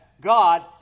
God